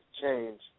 change